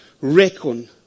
reckon